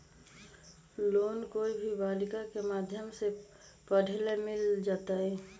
Loan कोई भी बालिका के माध्यम से पढे ला मिल जायत?